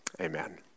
amen